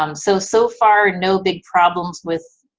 um so, so far, no big problems with,